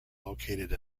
located